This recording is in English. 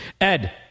Ed